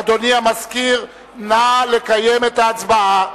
אדוני המזכיר, נא לקיים את ההצבעה.